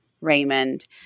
Raymond